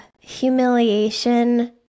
humiliation